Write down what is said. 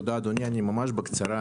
תודה אדוני, ממש בקצרה.